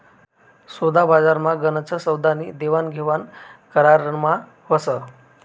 सोदाबजारमा गनच सौदास्नी देवाणघेवाण करारमा व्हस